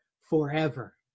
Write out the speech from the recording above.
forever